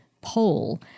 poll